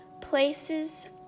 places